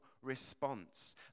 response